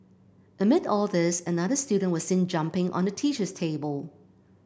amid all this another student was seen jumping on the teacher's table